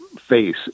face